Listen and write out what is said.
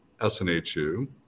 SNHU